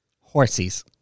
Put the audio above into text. Horses